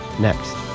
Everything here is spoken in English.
next